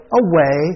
away